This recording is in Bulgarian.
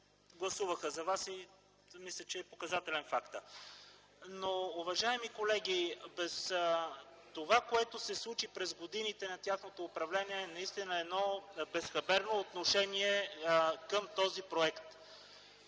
гласуваха, за вас мисля, че е показателен фактът. Уважаеми колеги, това, което се случи през годините на тяхното управление наистина е едно безхаберно отношение към този проект.